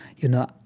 you know,